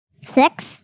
Six